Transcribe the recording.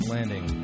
Landing